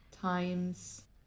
times